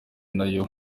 nayo